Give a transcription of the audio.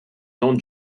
non